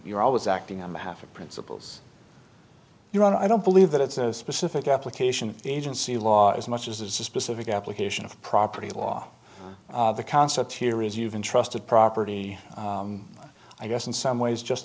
you're always acting on behalf of principles you're on i don't believe that it's a specific application agency law as much as it's a specific application of property law the concept here is you've intrusted property i guess in some ways just